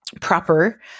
proper